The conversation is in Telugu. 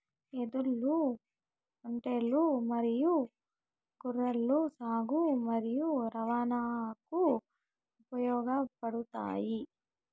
ఎద్దులు, ఒంటెలు మరియు గుర్రాలు సాగు మరియు రవాణాకు ఉపయోగపడుతాయి